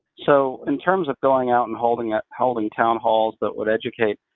so in terms of going out and holding ah holding town halls that would educate,